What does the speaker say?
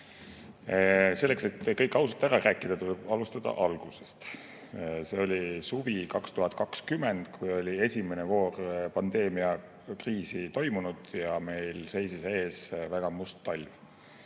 Selleks, et kõik ausalt ära rääkida, tuleb alustada algusest. See oli suvi 2020, kui oli toimunud esimene pandeemiakriisi voor ja meil seisis ees väga must talv.